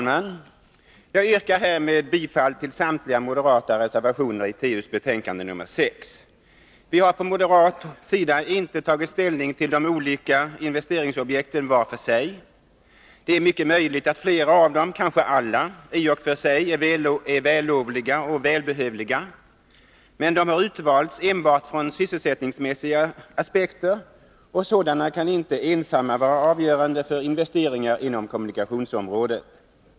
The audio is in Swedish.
Fru talman! Jag yrkar härmed bifall till samtliga moderata reservationer i trafikutskottets betänkande nr 6. Vi har från moderat sida inte tagit ställning till de olika investeringsobjekten vart för sig. Det är mycket möjligt att flera av dem, kanske alla, i och för sig är vällovliga och välbehövliga, men de har utvalts enbart ur sysselsättningsmässiga aspekter, och sådana kan inte ensamma vara avgörande för investeringar inom kommunikationsområdet.